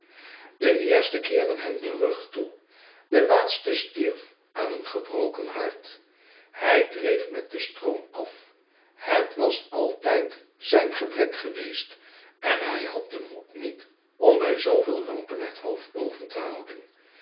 de eersten keerden hem den schetsen van boz rug toe de laatste stierf aan een gebroken hart hij dreef met den stroom af het was altijd zijn gebrek geweest en hij had den moed niet om bij zooveel rampen het hoofd boven te houden